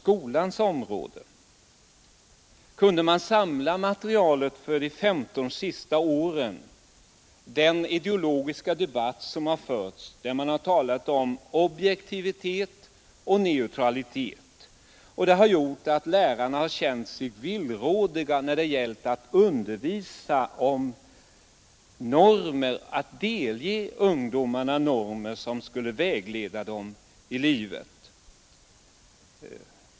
Om man ändå kunde samla materialet från den ideologiska debatt som har förts de 15 senaste åren, där man har talat om objektivitet och neutralitet, vilket lett till att lärarna har känt sig villrådiga när det gällt att delge ungdomarna normer som skulle vägleda dem i livet.